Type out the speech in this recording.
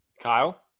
Kyle